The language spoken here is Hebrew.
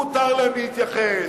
מותר להם להתייחס?